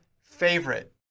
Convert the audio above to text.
favorite